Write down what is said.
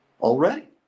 already